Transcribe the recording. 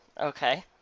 Okay